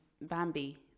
Bambi